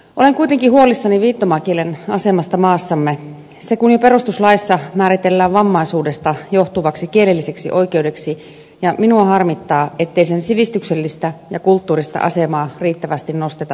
olen kuitenkin huolissani viittomakielen asemasta maassamme se kun jo perustuslaissa määritellään vammaisuudesta johtuvaksi kielelliseksi oikeudeksi ja minua harmittaa ettei sen sivistyksellistä ja kulttuurista asemaa riittävästi nosteta esiin